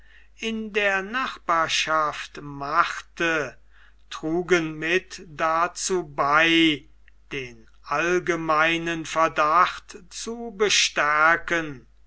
in der nachbarschaft machte trugen mit dazu bei den allgemeinen verdacht zu bestärken